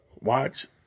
Watch